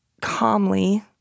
calmly